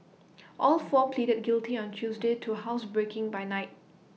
all four pleaded guilty on Tuesday to housebreaking by night